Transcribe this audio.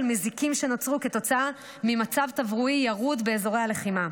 מזיקים שנוצרו כתוצאה ממצב תברואי ירוד באזורי הלחימה.